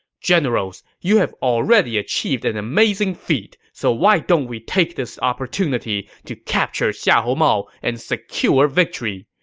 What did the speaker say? generals, you have already achieved an amazing feat, so why don't we take this opportunity to capture xiahou mao and secure victory?